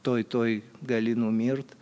tuoj tuoj gali numirt